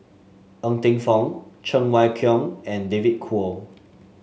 Ng Teng Fong Cheng Wai Keung and David Kwo